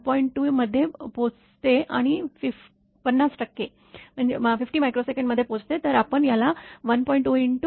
2 मध्ये पोहोचते आणि 50 टक्के 50 μs मध्ये पोहोचते तर आपण याला 1